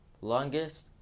Longest